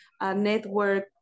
network